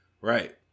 Right